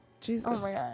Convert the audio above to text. Jesus